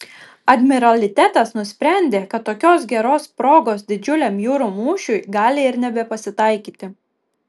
admiralitetas nusprendė kad tokios geros progos didžiuliam jūrų mūšiui gali ir nebepasitaikyti